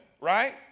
right